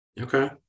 Okay